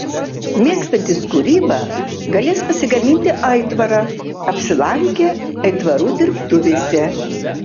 mėgstantys kūrybą galės pasigaminti aitvarą apsilankę aitvarų dirbtuvėse